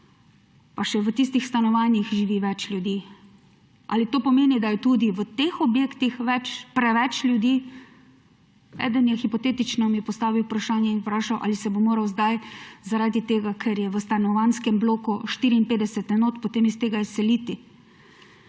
pa še v tistih stanovanjih živi več ljudi. Ali to pomeni, da je tudi v teh objektih preveč ljudi? Eden mi je postavil hipotetično vprašanje in vprašal, ali se bo moral zdaj zaradi tega, ker je v stanovanjskem bloku 54 enot, potem iz tega izseliti.